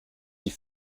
die